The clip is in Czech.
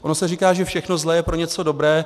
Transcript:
Ono se říká, že všechno zlé je pro něco dobré.